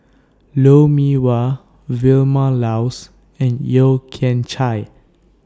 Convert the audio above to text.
Lou Mee Wah Vilma Laus and Yeo Kian Chai